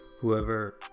whoever